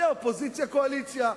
זה אופוזיציה-קואליציה.